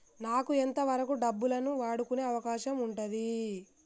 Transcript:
నాకు ఎంత వరకు డబ్బులను వాడుకునే అవకాశం ఉంటది?